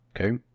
Okay